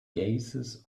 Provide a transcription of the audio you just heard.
gases